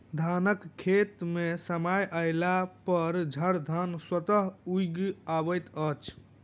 धानक खेत मे समय अयलापर झड़धान स्वतः उगि अबैत अछि